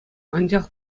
анчах